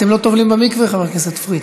אתם לא טובלים במקווה, חבר הכנסת פריג'?